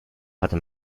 hatte